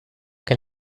que